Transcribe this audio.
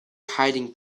hiding